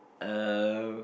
um